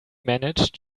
manage